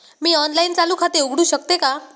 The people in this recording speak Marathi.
मी ऑनलाइन चालू खाते उघडू शकते का?